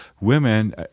Women